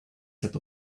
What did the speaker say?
set